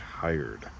tired